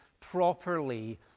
properly